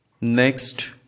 Next